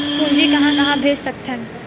पूंजी कहां कहा भेज सकथन?